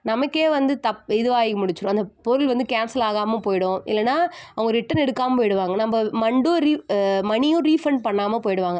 நமக்கே வந்து தப் இதுவாகி முடிஞ்சிடும் அந்த பொருள் வந்து கேன்சல் ஆகாமல் போய்விடும் இல்லைனா அவங்க ரிட்டன் எடுக்காமல் போய்டுவாங்க நம்ம மண்டும் ரி மனியும் ரீஃபண்ட் பண்ணாமல் போய்விடுவாங்க